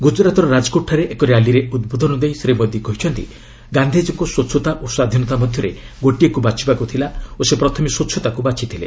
ଗ୍ରଜରାତ୍ର ରାଜକୋଟ୍ଠାରେ ଏକ ର୍ୟାଲିରେ ଉଦ୍ବୋଧନ ଦେଇ ଶ୍ରୀ ମୋଦି କହିଛନ୍ତି ଗାନ୍ଧିଜୀଙ୍କୁ ସ୍ୱଚ୍ଚତା ଓ ସ୍ୱାଧୀନତା ମଧ୍ୟରେ ଗୋଟିଏକୁ ବାଛିବାକୁ ଥିଲା ଓ ସେ ପ୍ରଥମେ ସ୍ୱଚ୍ଚତାକୁ ବାଛିଥିଲେ